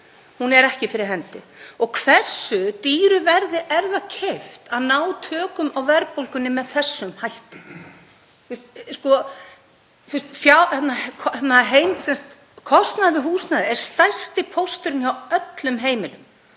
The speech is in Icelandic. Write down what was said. hún er ekki fyrir hendi. Og hversu dýru verði er það keypt að ná tökum á verðbólgunni með þessum hætti? Kostnaðurinn við húsnæði er stærsti pósturinn hjá öllum heimilum